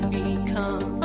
become